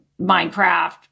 Minecraft